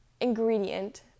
ingredient